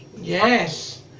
Yes